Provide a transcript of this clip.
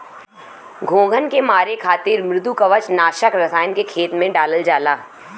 घोंघन के मारे खातिर मृदुकवच नाशक रसायन के खेत में डालल जाला